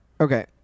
Okay